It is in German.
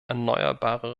erneuerbare